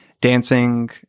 dancing